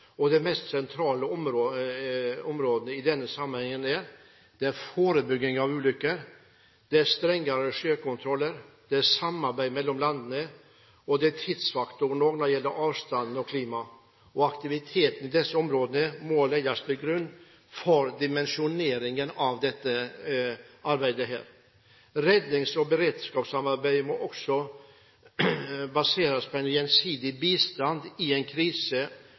mest sentrale områdene i den sammenheng er: forbygging av ulykker strengere sjøsikkerhetskrav samarbeid mellom landene tidsfaktoren, avstanden og klima Aktiviteten i disse områdene må legges til grunn for dimensjoneringen av dette arbeidet. Rednings- og beredskapssamarbeidet må også baseres på gjensidig bistand i en krise-